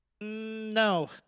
No